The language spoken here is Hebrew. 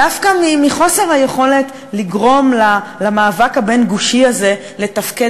דווקא מחוסר היכולת לגרום למאבק הבין-גושי הזה לתפקד